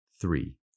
Three